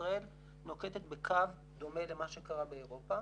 ישראל נוקטת בקו דומה למה שקרה באירופה.